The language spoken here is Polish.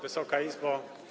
Wysoka Izbo!